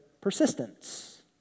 persistence